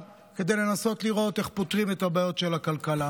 כדי לנסות לראות איך פותרים את הבעיות של הכלכלה.